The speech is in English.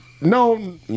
No